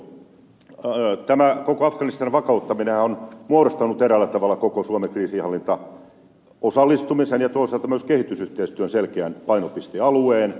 tämä koko afganistanin vakauttaminenhan on muodostanut eräällä tavalla koko suomen kriisinhallintaan osallistumisen ja toisaalta myös kehitysyhteistyön selkeän painopistealueen